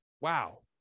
wow